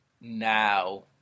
now